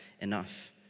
enough